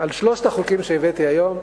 על שלושת החוקים שהבאתי היום,